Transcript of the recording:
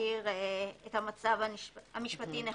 שמבהיר את המצב המשפטי נכונה.